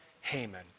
Haman